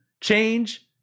Change